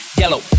yellow